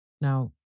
Now